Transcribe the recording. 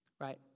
right